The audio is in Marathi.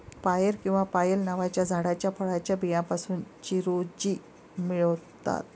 पायर किंवा पायल नावाच्या झाडाच्या फळाच्या बियांपासून चिरोंजी मिळतात